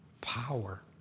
power